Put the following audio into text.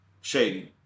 shading